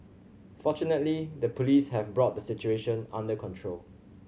fortunately the Police have brought the situation under control